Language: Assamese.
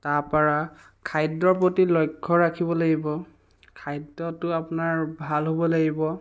তাৰপৰা খাদ্যৰ প্ৰতি লক্ষ্য ৰাখিব লাগিব খাদ্যটো আপোনাৰ ভাল হ'ব লাগিব